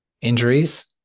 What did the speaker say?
injuries